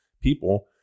people